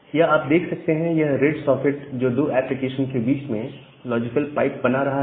यह आप देख सकते हैं यह रेड सॉकेट जो दो एप्लीकेशंस के बीच में लॉजिकल पाइप बना रहा है